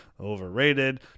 overrated